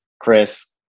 Chris